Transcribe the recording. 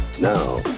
Now